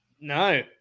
No